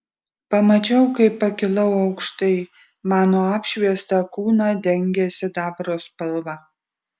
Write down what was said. pamačiau kaip pakilau aukštai mano apšviestą kūną dengė sidabro spalva